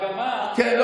כן.